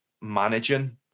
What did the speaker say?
managing